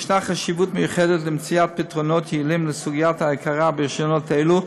ישנה חשיבות מיוחדת למציאת פתרונות יעילים לסוגיית ההכרה ברישיונות אלו,